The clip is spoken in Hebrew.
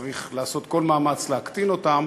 צריך לעשות כל מאמץ להקטין אותו,